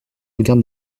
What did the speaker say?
regarde